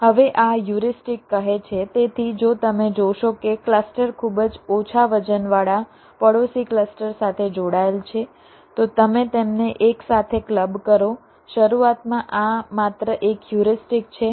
હવે આ હ્યુરિસ્ટિક કહે છે તેથી જો તમે જોશો કે ક્લસ્ટર ખૂબ જ ઓછા વજનવાળા પડોશી ક્લસ્ટર સાથે જોડાયેલ છે તો તમે તેમને એકસાથે ક્લબ કરો શરૂઆતમાં આ માત્ર એક હ્યુરિસ્ટિક છે